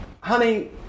honey